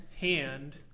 hand